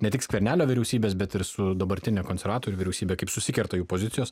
ne tik skvernelio vyriausybės bet ir su dabartine konservatorių vyriausybe kaip susikerta jų pozicijos